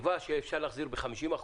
יקבע שאפשר להחזיר ב-50%,